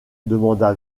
demanda